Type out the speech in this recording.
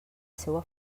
seua